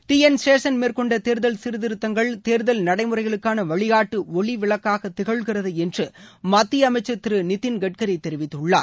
D N சேஷன்மேற்கொண்ட தேர்தல் சீர்திருத்தங்கள் தேர்தல் நடைமுறைகளுக்கான வழிகாட்டு ஒளி விளக்காக திகழ்கிறது என்று மத்திய அமைச்சர் திரு நிதின் கட்கரி தெரிவித்துள்ளார்